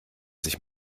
sich